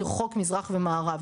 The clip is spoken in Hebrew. כרחוק מזרח ומערב,